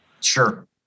Sure